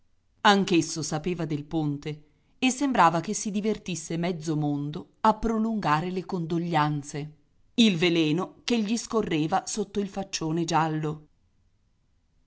anch'esso sapeva del ponte e sembrava che si divertisse mezzo mondo a prolungare le condoglianze il veleno che gli scorreva sotto il faccione giallo